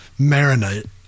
marinate